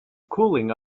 cooling